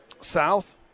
South